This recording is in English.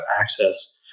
access